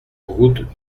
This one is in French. route